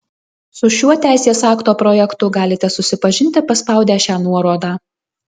su šiuo teisės akto projektu galite susipažinti paspaudę šią nuorodą